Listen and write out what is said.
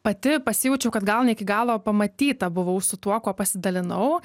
pati pasijaučiau kad gal ne iki galo pamatyta buvau su tuo kuo pasidalinau